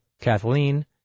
Kathleen